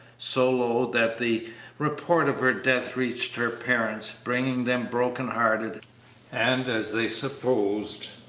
so low that the report of her death reached her parents, bringing them broken-hearted and, as they supposed,